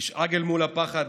תשאג אל מול הפחד,